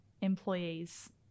employees